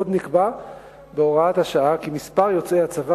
עוד נקבע בהוראת השעה כי מספר יוצאי הצבא